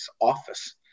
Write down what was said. office